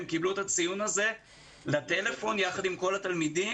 הם קיבלו את הציון הזה לטלפון יחד עם כל התלמידים.